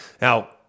Now